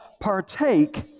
partake